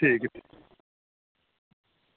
ठीक